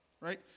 right